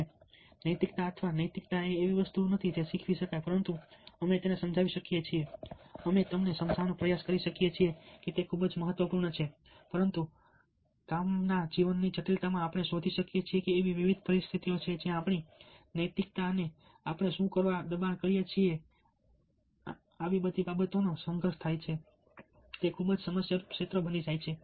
અને નૈતિકતા અથવા નૈતિકતા એ એવી વસ્તુ નથી જે શીખવી શકાય પરંતુ અમે તને સમજાવી શકીએ છીએ અમે તમને સમજાવવાનો પ્રયાસ કરી શકીએ છીએ કે તે ખૂબ જ મહત્વપૂર્ણ છે પરંતુ કામના જીવનની જટિલતામાં આપણે શોધીએ છીએ કે એવી વિવિધ પરિસ્થિતિઓ છે જ્યાં આપણી નૈતિકતા અને આપણે શું કરવા દબાણ કરીએ છીએ અને આવી બધી બાબતો વચ્ચે સંઘર્ષ થાય છે અને તે ખૂબ જ સમસ્યારૂપ ક્ષેત્ર બની જાય છે